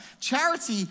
Charity